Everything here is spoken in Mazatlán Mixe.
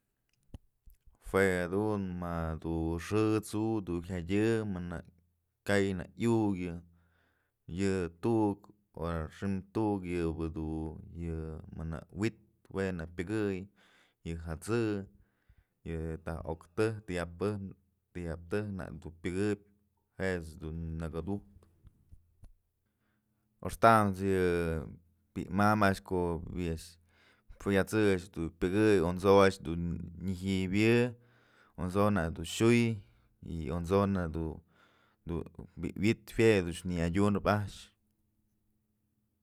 Jue jedun ma dun xë t'su du jadyë nak kay nak iukyë yë tu'uk ora xi'im tu'uk yë bë du ye më nak wi'itë jue nak pyëkëy yë jat'së yë taj oktëjk tëdyap tëjk nak dun pyëkëp jëch dun nyakudujtë axtamës yë bi'i pi'imam a'ax ko'o bi'i a'ax jyat'së a'ax dun pyëkëy amso a'ax dun nyëjëbi'i, amso'o nak dun xyuy, y amso'o nak dun bi'i wi'it jue dun nya adyunëp a'axë.